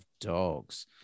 dogs